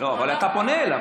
אבל אתה פונה אליו.